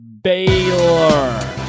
Baylor